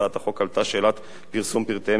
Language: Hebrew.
עלתה שאלת פרסום פרטיהם של מתווכים